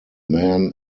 men